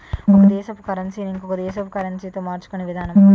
ఒక దేశపు కరన్సీ ని ఇంకొక దేశపు కరెన్సీతో మార్చుకునే విధానము